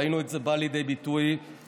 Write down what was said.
ראינו את זה בא לידי ביטוי בהתפרצות